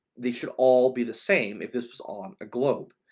they should all be the same if this was on a globe.